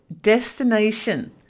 destination